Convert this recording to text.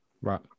right